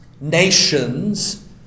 nations